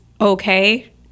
okay